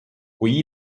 kui